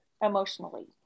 Emotionally